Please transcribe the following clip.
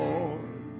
Lord